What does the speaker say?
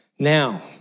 Now